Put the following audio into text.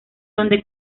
donde